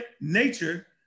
nature